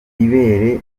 ibere